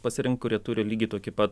pasirinkt kurie turi lygiai tokį pat